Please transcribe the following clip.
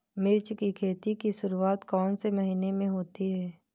मिर्च की खेती की शुरूआत कौन से महीने में होती है?